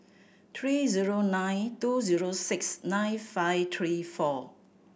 three zero nine two zero six nine five three four